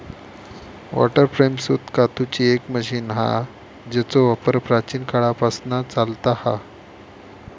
water frame सूत कातूची एक मशीन हा जेचो वापर प्राचीन काळापासना चालता हा